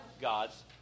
God's